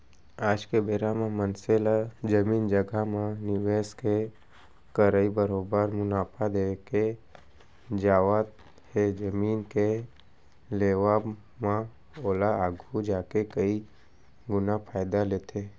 आज के बेरा म मनसे ला जमीन जघा म निवेस के करई बरोबर मुनाफा देके जावत हे जमीन के लेवब म ओहा आघु जाके कई गुना फायदा देथे